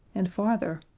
and farther,